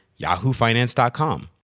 yahoofinance.com